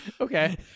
Okay